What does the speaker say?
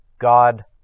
God